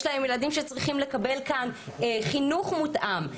יש להם ילדים שצריכים לקבל כאן חינוך מותאם,